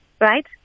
right